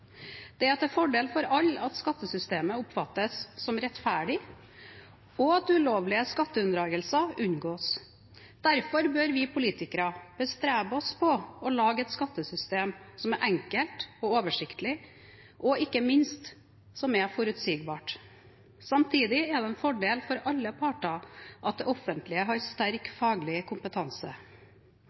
Det er til fordel for alle at skattesystemet oppfattes som rettferdig, og at ulovlige skatteunndragelser unngås. Derfor bør vi politikere bestrebe oss på å lage et skattesystem som er enkelt og oversiktlig, og som – ikke minst – er forutsigbart. Samtidig er det en fordel for alle parter at det offentlige har sterk faglig kompetanse.